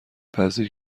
وزیر